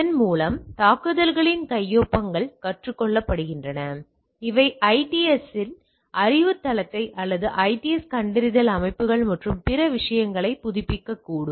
இதன் மூலம் தாக்குதல்களின் கையொப்பங்கள் கற்றுக் கொள்ளப்படுகின்றன அவை ஐடிஎஸ்ஸின் அறிவுத் தளத்தை அல்லது ஐடிஎஸ் கண்டறிதல் அமைப்புகள் மற்றும் பிற விஷயங்களைப் புதுப்பிக்கக்கூடும்